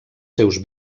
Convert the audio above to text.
seus